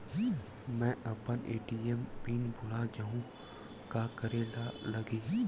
मैं अपन ATM PIN भुला जहु का करे ला लगही?